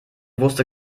wusste